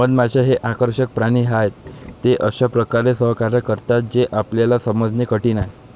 मधमाश्या हे आकर्षक प्राणी आहेत, ते अशा प्रकारे सहकार्य करतात जे आपल्याला समजणे कठीण आहे